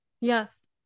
Yes